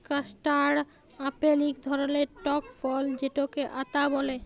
custard apple ইক ধরলের টক ফল যেটকে আতা ব্যলে